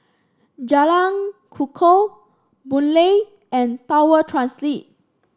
Jalan Kukoh Boon Lay and Tower Transit